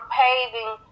paving